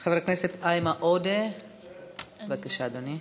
חבר הכנסת איימן עודה, בבקשה, אדוני.